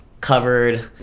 covered